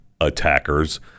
attackers